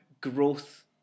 growth